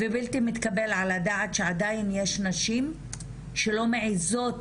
זה בלתי מתקבל על הדעת שעדיין יש נשים שלא מעזות